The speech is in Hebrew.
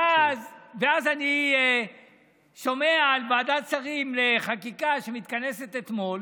ואז אני שומע על ועדת שרים לחקיקה שמתכנסת אתמול